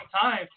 time